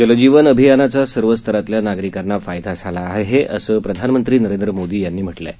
जल जीवन अभियानाचा सर्व स्तरातल्या नागरिकांना फायदा झाला आहे असं प्रधानमंत्री नरेंद्र मोदी यांनी म्हटलं आहे